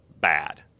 bad